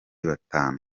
batanu